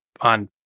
on